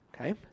okay